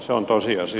se on tosiasia